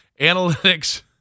analytics